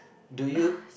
do you